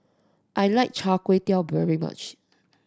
I like Char Kway Teow very much